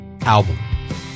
album